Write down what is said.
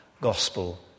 gospel